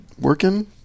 working